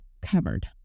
covered